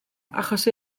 achos